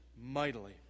mightily